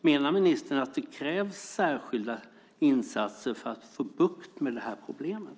Menar ministern att det krävs särskilda insatser för att få bukt med problemet?